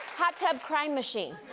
hot tub crime machine,